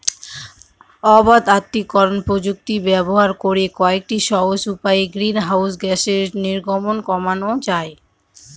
অবাত আত্তীকরন প্রযুক্তি ব্যবহার করে কয়েকটি সহজ উপায়ে গ্রিনহাউস গ্যাসের নির্গমন কমানো যায়